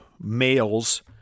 males